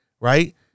right